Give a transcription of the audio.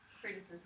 criticism